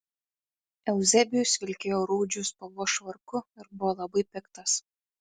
euzebijus vilkėjo rūdžių spalvos švarku ir buvo labai piktas